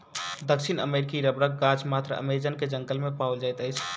दक्षिण अमेरिकी रबड़क गाछ मात्र अमेज़न के जंगल में पाओल जाइत अछि